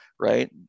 right